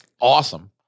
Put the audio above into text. awesome